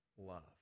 love